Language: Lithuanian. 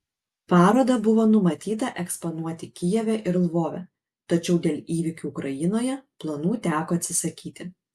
parodą buvo numatyta eksponuoti kijeve ir lvove tačiau dėl įvykių ukrainoje planų teko atsisakyti